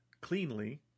cleanly